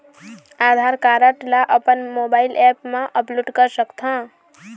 आधार card ला अपन mobile app मा अपलोड कर सकथों?